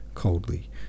Coldly